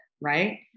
right